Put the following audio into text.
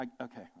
okay